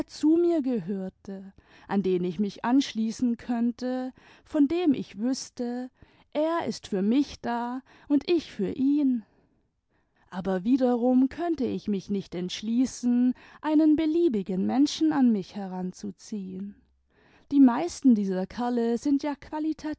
zu mir gehörte an den ich mich anschließen könnte vdn dem ich wüßte r ist für mich da und ich für ihn aber wiedenmi könnte ich nüch nicht entschließen einen beliebigen menschen an mich heranzuziehen die meisten dieser kerle sind ja